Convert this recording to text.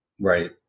Right